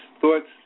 thoughts